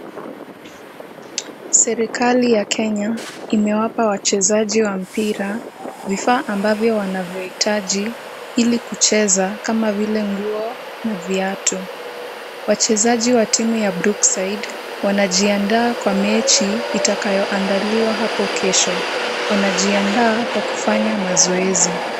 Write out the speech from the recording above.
Serikali ya Kenya imewapa wachezaji wa mpira vifaa ambavyo wanavyohitaji, ili kucheza kama vile nguo na viatu. Wachezaji wa timu ya Brookside wanajiandaa kwa mechi itakayoandaliwa hapo kesho. Wanajiandaa kwa kufanya mazoezi.